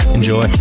Enjoy